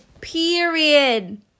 Period